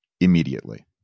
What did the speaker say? immediately